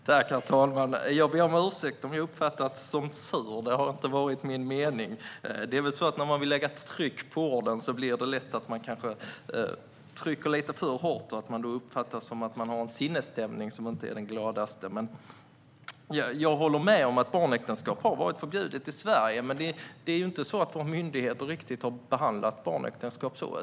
Herr talman! Jag ber om ursäkt om jag uppfattats som sur; det har inte varit min mening. När man vill lägga tryck bakom orden blir det väl lätt så att man trycker lite för hårt och då uppfattas som att man har en sinnesstämning som inte är den gladaste. Jag håller med om att barnäktenskap har varit förbjudet i Sverige, men våra myndigheter har inte riktigt behandlat barnäktenskap så.